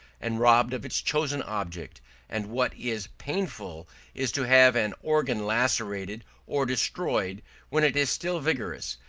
and robbed of its chosen object and what is painful is to have an organ lacerated or destroyed when it is still vigorous,